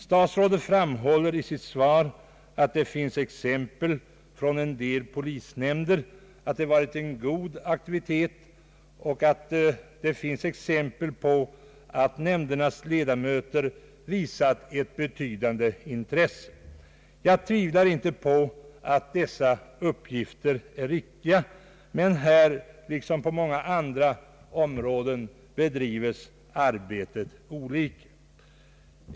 Statsrådet framhåller vidare i sitt svar att det finns exempel från en del polisnämnder på en god aktivitet och på att nämndernas ledamöter visat ett betydande intresse. Jag tvivlar inte på att detta är riktigt, men här liksom på många andra områden bedrivs arbetet olika.